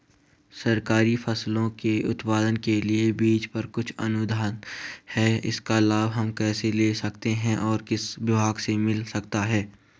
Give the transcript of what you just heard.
सरकारी फसलों के उत्पादन के लिए बीज पर कुछ अनुदान है इसका लाभ हम कैसे ले सकते हैं और किस विभाग से मिल सकता है?